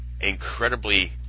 incredibly